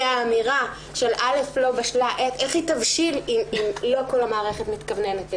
האמירה שעוד לא בשלה העת איך היא תבשיל אם לא כל המערכת מתכווננת לזה?